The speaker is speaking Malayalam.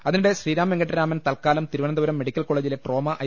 അതിനിടെ ശ്രീരാം വെങ്കിട്ടരാമൻ തൽകാലം തിരുവനന്തപുരം മെഡിക്കൽ കോള ജിലെ ട്രോമ ഐ